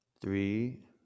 three